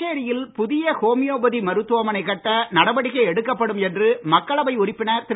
புதுச்சேரியில் புதிய ஹோமியோபதி மருத்துவமனை கட்ட நடவடிக்கை எடுக்கப்படும் என்று மக்களவை உறுப்பினர் திரு